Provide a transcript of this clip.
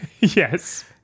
Yes